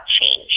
change